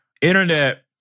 internet